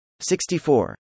64